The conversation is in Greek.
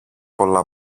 πολλά